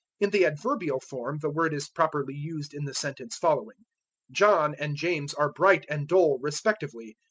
in the adverbial form the word is properly used in the sentence following john and james are bright and dull, respectively.